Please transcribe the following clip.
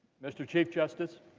mr. chief justice